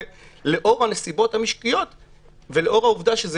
ולאור הנסיבות המשקיות ובהנחה שזה